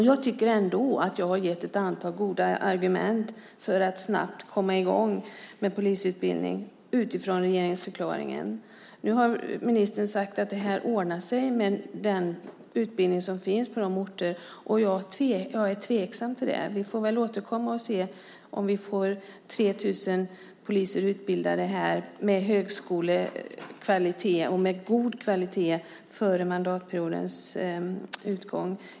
Jag tycker att jag har gett ett antal goda argument för att snabbt komma i gång med polisutbildningen utifrån regeringsförklaringen. Nu har ministern sagt att det ordnar sig med den utbildning som redan finns på ett antal orter. Jag är tveksam till det. Vi får väl återkomma och se om vi får 3 000 poliser utbildade med högskolekvalitet och med god kvalitet före mandatperiodens utgång.